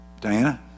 Diana